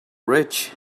rich